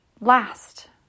last